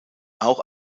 auch